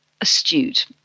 astute